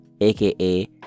aka